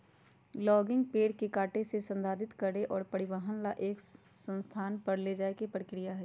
logging पेड़ के काटे से, संसाधित करे और परिवहन ला एक स्थान पर ले जाये के प्रक्रिया हई